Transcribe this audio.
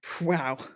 Wow